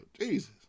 Jesus